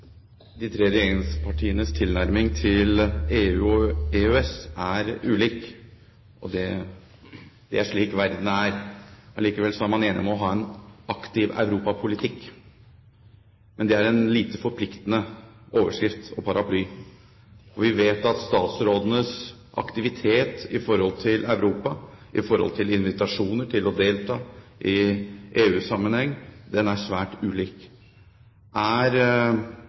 slik verden er. Likevel er man enig om å ha en aktiv europapolitikk. Men det er en lite forpliktende overskrift og paraply, og vi vet at statsrådenes aktivitet i forhold til Europa, i forhold til invitasjoner til å delta i EU-sammenheng, er svært ulik. Er